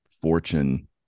fortune